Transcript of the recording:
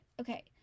okay